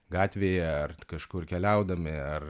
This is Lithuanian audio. gatvėje ar kažkur keliaudami ar